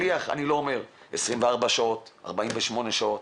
24 שעות, 48 שעות,